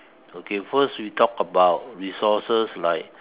okay first we talk about resources like